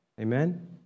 Amen